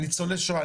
לניצולי שואה,